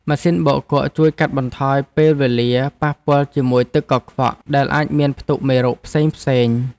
ម៉ាស៊ីនបោកគក់ជួយកាត់បន្ថយពេលវេលាប៉ះពាល់ជាមួយទឹកកខ្វក់ដែលអាចមានផ្ទុកមេរោគផ្សេងៗ។